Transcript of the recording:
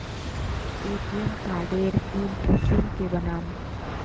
ATM कार्डेर PIN कुंसम के बनाम?